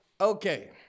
Okay